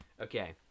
Okay